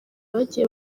bagiye